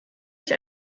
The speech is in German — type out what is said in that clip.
ich